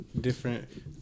different